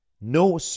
No